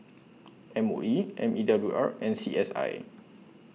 M O E N E W R and C S I